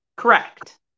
Correct